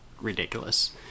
ridiculous